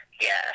Yes